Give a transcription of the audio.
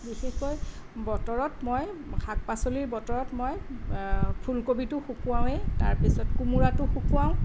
বিশেষকৈ বতৰত মই শাক পাচলিৰ বতৰত মই ফুলকবিটো শুকোৱাওঁৱেই তাৰপিছত কোমোৰাটো শুকোৱাওঁ